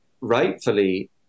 rightfully